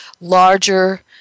larger